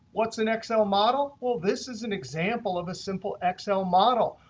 what's an excel model? well, this is an example of a simple excel model.